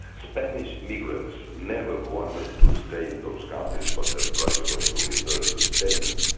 spanish migrants never wanted to stay in those countries, but their project was to return to spain,